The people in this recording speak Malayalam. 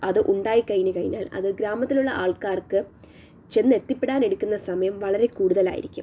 അത് ഉണ്ടായി കഴിഞ്ഞു കഴിഞ്ഞാൽ അത് ഗ്രാമത്തിലുള്ള ആൾക്കാർക്ക് ചെന്ന് എത്തിപ്പെടാൻ എടുക്കുന്ന സമയം വളരെ കൂടുതലായിരിക്കും